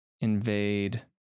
invade